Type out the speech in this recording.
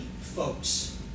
folks